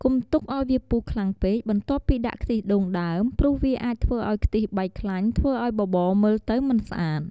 កុំទុកឱ្យវាពុះខ្លាំងពេកបន្ទាប់ពីដាក់ខ្ទិះដូងដើម ព្រោះវាអាចធ្វើឱ្យខ្ទិះបែកខ្លាញ់ ធ្វើឱ្យបបរមើលទៅមិនស្អាត។